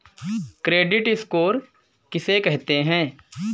Credit score किसे कहते हैं?